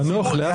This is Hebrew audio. חנוך, לאט-לאט.